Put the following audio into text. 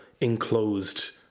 enclosed